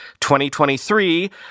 2023